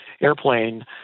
airplane